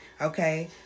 okay